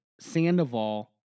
Sandoval